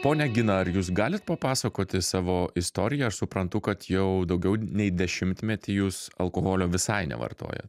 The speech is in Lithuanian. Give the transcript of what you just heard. ponia gina ar jūs galit papasakoti savo istoriją aš suprantu kad jau daugiau nei dešimtmetį jūs alkoholio visai nevartoja